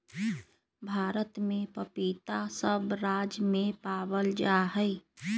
भारत में पपीता सब राज्य में पावल जा हई